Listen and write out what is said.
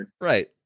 Right